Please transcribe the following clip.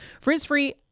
Frizz-free